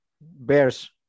Bears